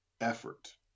effort